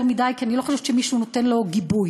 מדי כי אני לא חושבת שמישהו נותן לו גיבוי.